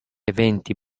eventi